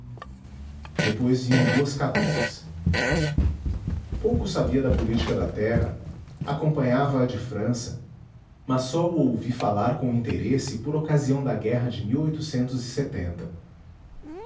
depois vinham duas cadeiras pouco sabia da política da terra acompanhava a de frança mas só o ouvi falar com interesse por ocasião da guerra de